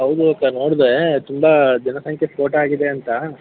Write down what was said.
ಹೌದು ಅಕ್ಕ ನೋಡಿದೆ ತುಂಬಾ ಜನಸಂಖ್ಯೆ ಸ್ಫೋಟ ಆಗಿದೆ ಅಂತ